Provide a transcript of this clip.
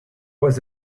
was